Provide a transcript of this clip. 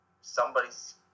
somebody's